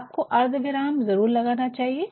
आपको अर्धविराम ज़रूर लगाना चाहिए